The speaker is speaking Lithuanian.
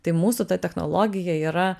tai mūsų ta technologija yra